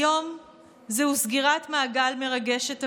היום זוהי סגירת מעגל מרגשת עבורי.